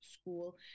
school